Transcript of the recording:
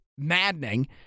maddening